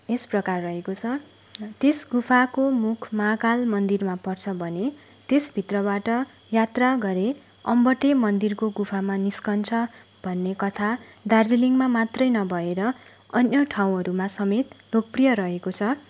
यस प्रकार रहेको छ त्यस गुफाको मुख महाकाल मन्दिरमा पर्छ भने त्यस भित्रबाट यात्रा गरे अम्बटे मन्दिरको गुफामा निस्कन्छ भन्ने कथा दार्जिलिङमा मात्रै नभएर अन्य ठाउँहरूमा समेत लोकप्रिय रहेको छ